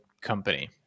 company